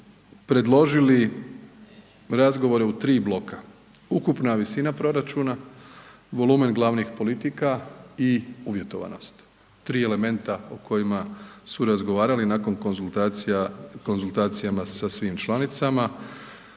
predložili razgovore u 3 bloka, ukupna visina proračuna, volumen glavnih politika i uvjetovanost, 3 elementa o kojima su razgovarali nakon konzultacija, konzultacijama sa svim članicama.